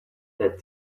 said